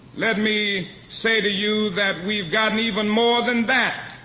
let me say to you that we've gotten even more than that.